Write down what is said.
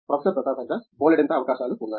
professor Pratap Haridas బోలెడంత అవకాశాలు ఉన్నాయి